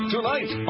Tonight